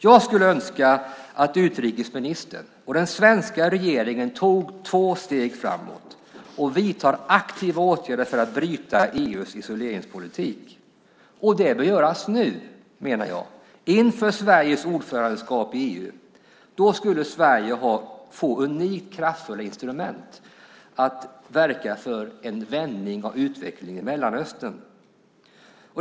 Jag skulle önska att utrikesministern och den svenska regeringen tar två steg framåt och vidtar aktiva åtgärder för att bryta EU:s isoleringspolitik. Och det bör göras nu, inför Sveriges ordförandeskap i EU. Då skulle Sverige få unikt kraftfulla instrument för att verka för en vändning av utvecklingen i Mellanöstern.